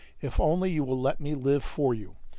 if only you will let me live for you.